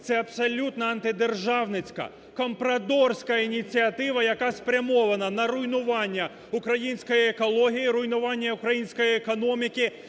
Це абсолютно антидержавницька, компрадорська ініціатива, яка спрямована на руйнування української екології, руйнування української економіки